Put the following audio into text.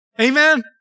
Amen